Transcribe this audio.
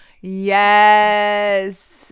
Yes